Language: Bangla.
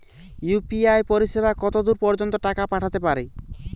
ইউ.পি.আই পরিসেবা কতদূর পর্জন্ত টাকা পাঠাতে পারি?